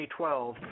2012